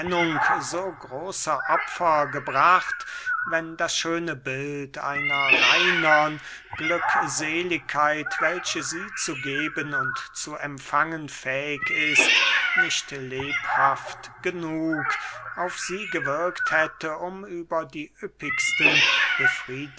große opfer gebracht wenn das schöne bild einer reinern glückseligkeit welche sie zu geben und zu empfangen fähig ist nicht lebhaft genug auf sie gewirkt hätte um über die